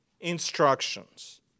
instructions